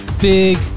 big